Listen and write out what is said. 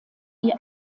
die